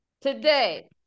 Today